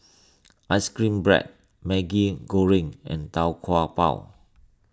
Ice Cream Bread Maggi Goreng and Tau Kwa Pau